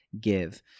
give